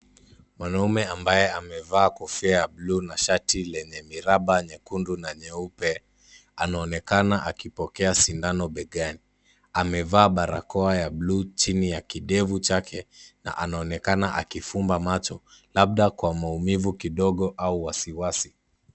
Mwanaume ambaye amevaa kofia ya blue na shati lenye miraba nyekundu na nyeupe, anaonekana akipokea sindano begani. Amevaa barakoa ya blue chini ya kidevu chake na anaonekana akifumba macho labda kwa maumivu kidogo au wasiwasi.